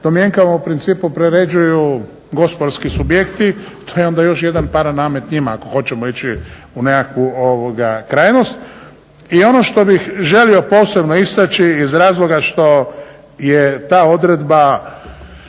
razumije./… u principu priređuju gospodarski subjekti. To je onda još jedan paranamet njima ako hoćemo ići u nekakvu krajnost. I ono što bih želio posebno istaći iz razloga što je ta odredba